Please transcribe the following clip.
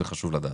זה חשוב לדעת.